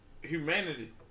humanity